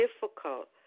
difficult